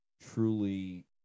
truly